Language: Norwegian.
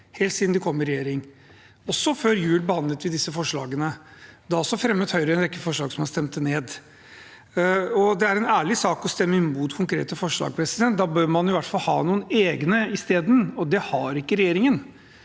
helt siden de kom i regjering. Også før jul behandlet vi disse forslagene. Også da fremmet Høyre en rekke forslag som man stemte ned. Det er en ærlig sak å stemme imot konkrete forslag, men da bør man i hvert fall ha noen egne isteden, og det har ikke regjeringen.